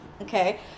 okay